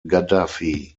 gaddafi